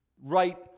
right